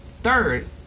third